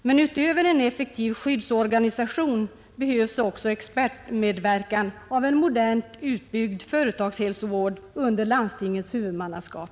Men utöver en effektiv skyddsorganisation behövs expertmedverkan av en modern, väl utbyggd företagshälsovård under landstingens huvudmannaskap.